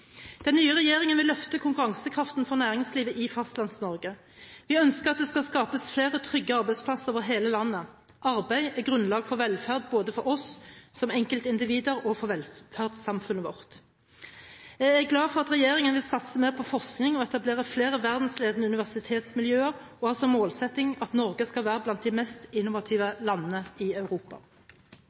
Den nye regjeringen vil løfte konkurransekraften for næringslivet i Fastlands-Norge. Vi ønsker at det skal skapes flere trygge arbeidsplasser over hele landet. Arbeid er grunnlag for velferd både for oss som enkeltindivider og for velferdssamfunnet vårt. Jeg er glad for at regjeringen vil satse mer på forskning og etablere flere verdensledende universitetsmiljøer og ha som målsetting at Norge skal være blant de mest innovative landene i Europa.